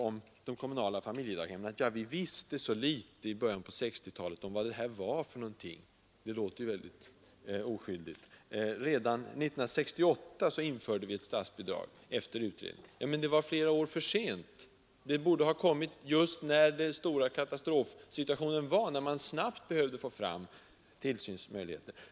Om de kommunala familjedaghemmen sade fru Odhnoff så oskyldigt, att vi i början av 1960-talet visste så litet vad det var fråga om. Redan 1968 införde vi statsbidrag efter utredning, sade hon vidare. Ja, men det var flera år för sent. Det borde man ha gjort när katastrofsituationen förelåg, när man snabbt behövde få fram tillsynsmöjligheter.